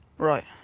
right.